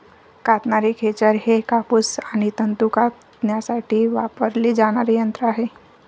कातणारे खेचर हे कापूस आणि तंतू कातण्यासाठी वापरले जाणारे यंत्र आहे